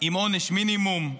עם עונש מינימום,